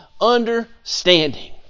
understanding